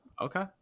Okay